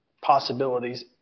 possibilities